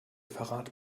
verrat